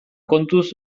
kontuz